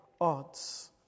odds